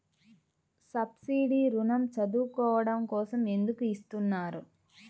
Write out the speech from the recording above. Subsidy ఋణం చదువుకోవడం కోసం ఎందుకు ఇస్తున్నారు?